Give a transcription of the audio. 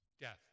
Death